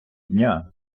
дня